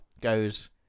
Goes